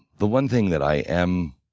the one thing that i am